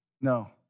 No